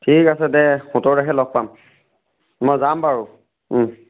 ঠিক আছে দে সোতৰ তাৰিখে লগ পাম মই যাম বাৰু